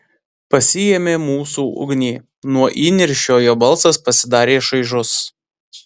pasiėmė mūsų ugnį nuo įniršio jo balsas pasidarė šaižus